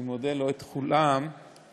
אני מודה, לא את כולם לדוגמה,